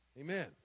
Amen